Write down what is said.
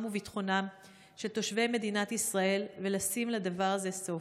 ולביטחונם של תושבי מדינת ישראל ולשים לדבר הזה סוף.